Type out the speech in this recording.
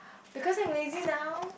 because I am lazy now